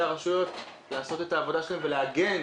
הרשויות לעשות את העבודה שלהם ולהגן,